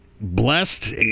blessed